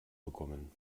bekommen